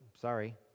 Sorry